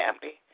family